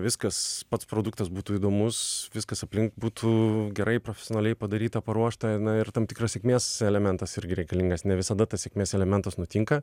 viskas pats produktas būtų įdomus viskas aplink būtų gerai profesionaliai padaryta paruošta ir na ir tam tikras sėkmės elementas irgi reikalingas ne visada tas sėkmės elementas nutinka